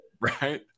Right